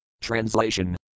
Translation